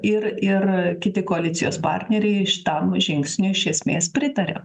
ir ir kiti koalicijos partneriai šitam žingsniui iš esmės pritaria